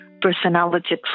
personality